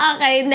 Okay